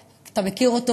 אתה מכיר אותו,